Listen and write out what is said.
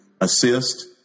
assist